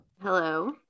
Hello